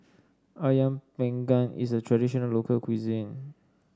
ayam Panggang is a traditional local cuisine